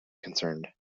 concerned